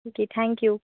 ठीक आहे thank you